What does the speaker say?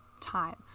time